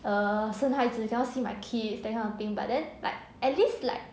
err 生孩子 cannot see my kids that kind of thing but then like at least like